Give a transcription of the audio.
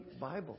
Bible